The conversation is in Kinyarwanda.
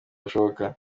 bushoboka